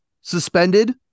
suspended